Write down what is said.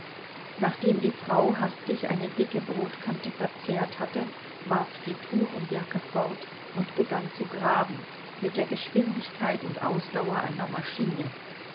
nachdem die frau hastig eine dicke brotkante verzehrt hatte warf sie tuch und jacke fort und begann zu graben mit der geschwindigkeit und ausdauer einer maschine